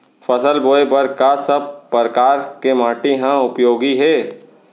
फसल बोए बर का सब परकार के माटी हा उपयोगी हे?